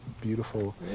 beautiful